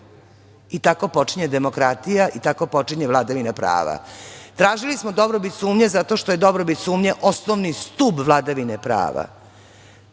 i tako počinje demokratija i tako počinje vladavina prava. Tražili smo dobrobit sumnje zato što je dobrobit sumnje osnovni stub vladavine prava.